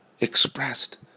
expressed